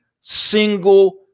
single